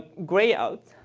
gray outs,